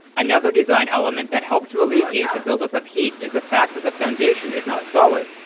another design element that helped to alleviate the buildup of heat is the fact that the foundation is not solid,